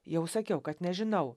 jau sakiau kad nežinau